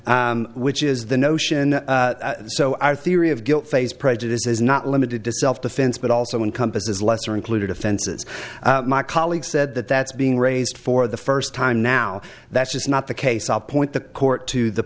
said which is the notion that so our theory of guilt phase prejudice is not limited to self defense but also encompasses lesser included offenses my colleague said that that's being raised for the first time now that's just not the case i'll point the court to the